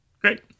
Great